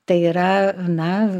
tai yra na